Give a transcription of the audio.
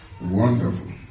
Wonderful